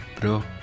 bro